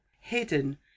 hidden